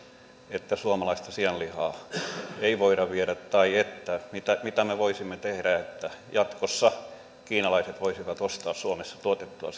että suomalaista sianlihaa ei voida viedä tai että mitä me voisimme tehdä että jatkossa kiinalaiset voisivat ostaa suomessa tuotettua